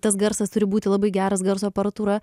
tas garsas turi būti labai geras garso aparatūra